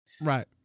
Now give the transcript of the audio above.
Right